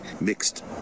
mixed